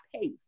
pace